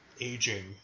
aging